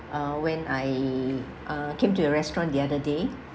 uh when I uh came to your restaurant the other day